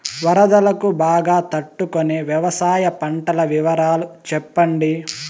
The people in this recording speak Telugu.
వరదలకు బాగా తట్టు కొనే వ్యవసాయ పంటల వివరాలు చెప్పండి?